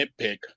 nitpick